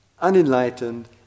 Unenlightened